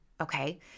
okay